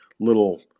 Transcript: little